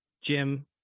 Jim